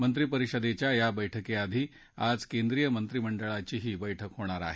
मंत्री परिषदेच्या या बैठकीआधी आज केंद्रीय मंत्रिमंडळाचीही बैठक होणार आहे